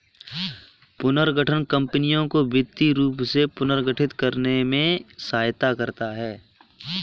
पुनर्गठन कंपनियों को वित्तीय रूप से पुनर्गठित करने में सहायता करता हैं